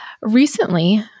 recently